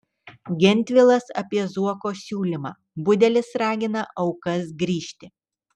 gentvilas apie zuoko siūlymą budelis ragina aukas grįžti